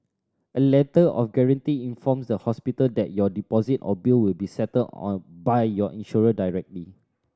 a Letter of Guarantee informs the hospital that your deposit or bill will be settled by your insurer directly